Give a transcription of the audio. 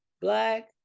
black